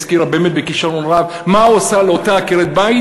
הזכירה באמת בכישרון רב מה הוא עושה לאותה עקרת-בית,